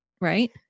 right